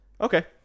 Okay